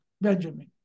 Benjamin